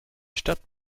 stadt